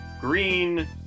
green